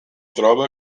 trobe